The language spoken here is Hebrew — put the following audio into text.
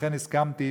לכן הסכמתי,